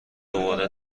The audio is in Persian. دوبار